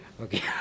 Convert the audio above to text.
Okay